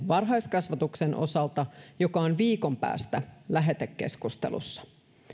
varhaiskasvatuksen osalta lakialoitteen joka on viikon päästä lähetekeskustelussa